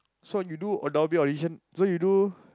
you you do Adobe audition so you do